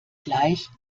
gleich